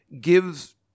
gives